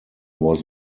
was